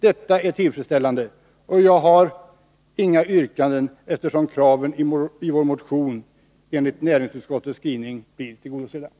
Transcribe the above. Detta är tillfredsställande, och jag har inga yrkanden, eftersom kraven i vår motion enligt näringsutskottets skrivning blir tillgodosedda.